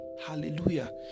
hallelujah